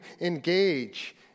engage